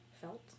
felt